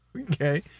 okay